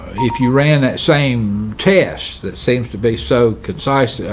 if you ran that same test that seems to be so concise,